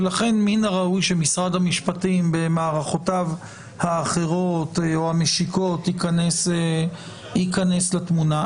ולכן מן הראוי שמשרד המשפטים במערכותיו האחרות או המשיקות ייכנס לתמונה.